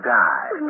die